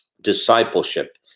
discipleship